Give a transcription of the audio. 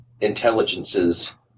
intelligences